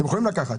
אתם יכולים לקחת,